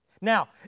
Now